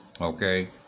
okay